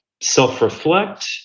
self-reflect